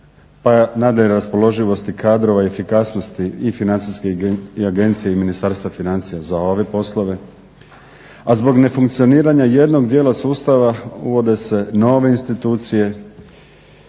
pa nadalje raspoloživosti kadrova, efikasnosti i financijske agencije i Ministarstva financija za ove poslove, a zbog nefunkcioniranja jednog dijela sustava uvode se nove institucije,